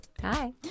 Hi